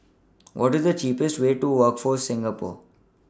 What IS The cheapest Way to Workforce Singapore